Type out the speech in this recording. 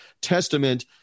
testament